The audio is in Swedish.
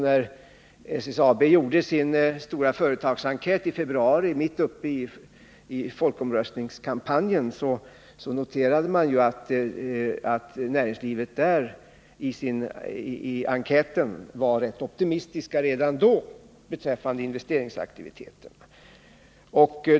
När SSAB gjorde sin stora företagsenkät i februari mitt uppe i folkomröstningskampanjen noterade man ju, enligt enkäten, att näringslivet redan då var rätt optimistiskt beträffande investeringsaktiviteten.